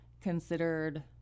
considered